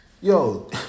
Yo